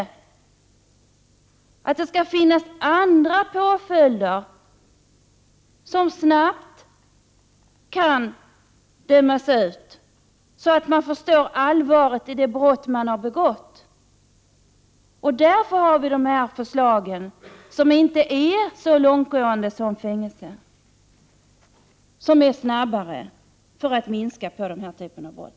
Vi tycker att det skall finnas andra påföljder, som snabbt kan sättas in, så att den unge förstår allvaret i det brott han har begått. Därför har vi de här förslagen till åtgärder, som inte är lika långtgående som fängelse och som är snabbare — för att minska den här typen av brott.